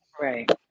Right